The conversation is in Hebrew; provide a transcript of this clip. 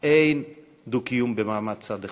אין דו-קיום במעמד צד אחד.